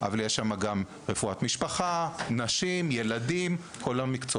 אבל יש שם גם רפואת משפחה, נשים, ילדים וכו'.